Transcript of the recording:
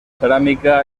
ceràmica